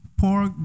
pork